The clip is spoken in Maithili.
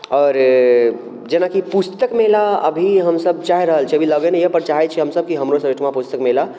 आओर जेनाकि पुस्तक मेला अभी हमसब चाहि रहल छिए अभी लगै नहि अइ पर चाहै छिए हमसब कि हमरोसब एहिठाम पुस्तक मेला